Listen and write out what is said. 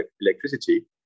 electricity